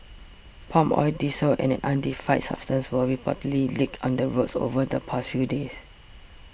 palm oil diesel and an unidentified substance were reportedly leaked on the roads over the past few days